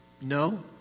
No